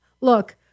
look